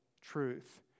truth